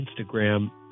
Instagram